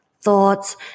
thoughts